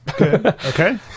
Okay